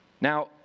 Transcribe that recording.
Now